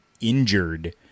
injured